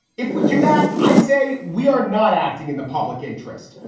if we do that, i say we are not acting in the public interest,